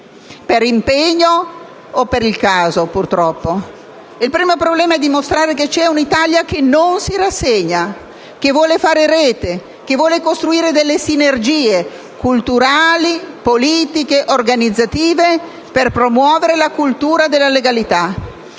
per impegno o purtroppo per il caso. Il primo problema è dimostrare che c'è un'Italia che non si rassegna, che vuole fare rete, che vuole costruire delle sinergie culturali, politiche, organizzative per promuovere la cultura della legalità